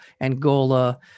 angola